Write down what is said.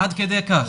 עד כדי כך.